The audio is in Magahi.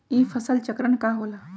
ई फसल चक्रण का होला?